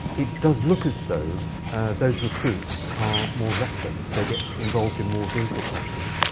it does look as though those recruits are more reckless. they get involved in more vehicle crashes.